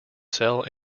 sell